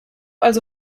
also